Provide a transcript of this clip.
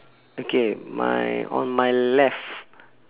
okay my on my left